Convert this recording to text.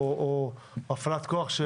או הפעלת כוח.